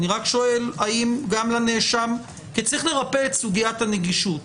צריך לרפא את סוגיית הנגישות.